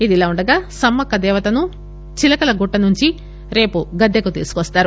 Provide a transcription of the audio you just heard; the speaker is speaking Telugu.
ఇలా వుండగా సమ్మక్క దేవతను చిలకలగుట్ట నుండి రేపు గద్దెకు తీసుకువస్తారు